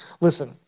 listen